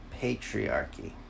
patriarchy